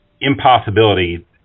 impossibility